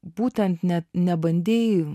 būtent net nebandei